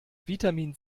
vitamin